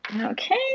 Okay